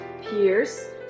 piers